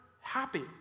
happy